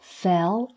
fell